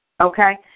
Okay